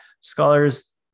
scholars